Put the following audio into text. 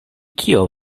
kio